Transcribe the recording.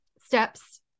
steps